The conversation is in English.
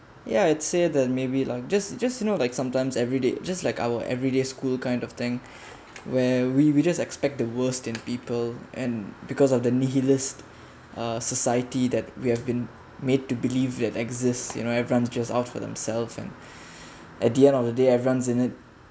ya I'd say that maybe lah just just you know like sometimes everyday just like our everyday school kind of thing where we we just expect the worst in people and because of the knee he list uh society that we have been made to believe that exists you know everyone's just out for themselves and at the end of the day everyone's in it